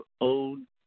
own